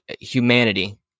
humanity